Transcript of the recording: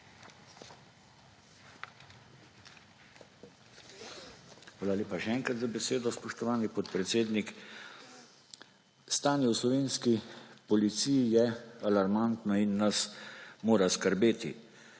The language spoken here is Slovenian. Hvala lepa še enkrat za besedo, spoštovani podpredsednik. Stanje v slovenski policiji je alarmantno in nas mora skrbeti.